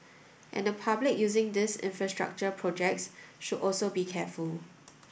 and the public using these infrastructure projects should also be careful